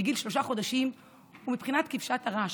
מגיל שלושה חודשים היא בבחינת כבשת הרש,